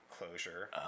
Closure